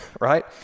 right